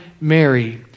Mary